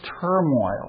turmoil